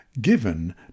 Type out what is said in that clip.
given